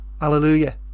hallelujah